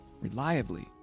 reliably